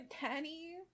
Danny